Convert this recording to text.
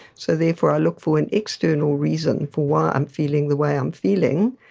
so therefore i look for an external reason for why i'm feeling the way i'm feeling.